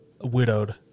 widowed